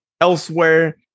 elsewhere